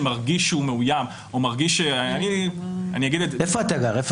או לא כל בן אדם שמרגיש שהוא מאוים --- איפה אתה גר?